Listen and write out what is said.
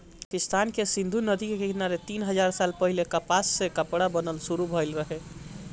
पाकिस्तान के सिंधु नदी के किनारे तीन हजार साल पहिले कपास से कपड़ा बनल शुरू भइल रहे